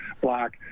black